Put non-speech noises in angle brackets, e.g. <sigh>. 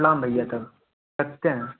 ना भैया <unintelligible> रखते हैं